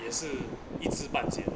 也是一只半解